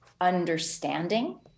understanding